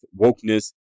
wokeness